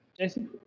Jason